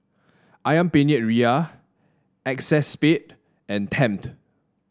ayam Penyet Ria Acexspade and Tempt